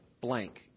blank